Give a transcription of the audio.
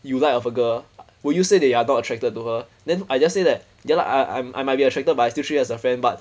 you like of a girl would you say they are not attracted to her then I just say that ya lah I I'm I might be attracted but I still treat her as a friend but